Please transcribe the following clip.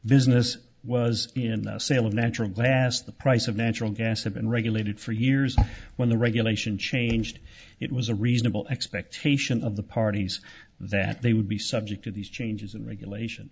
business was in the sale of natural gas the price of natural gas had been regulated for years and when the regulation changed it was a reasonable expectation of the parties that they would be subject to these changes in regulation